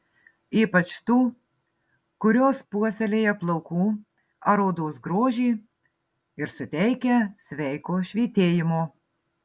ypač tų kurios puoselėja plaukų ar odos grožį ir suteikia sveiko švytėjimo